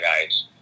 guys